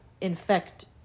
infect